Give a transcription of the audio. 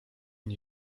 nie